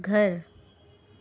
घर